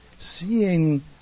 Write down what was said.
seeing